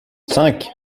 cinq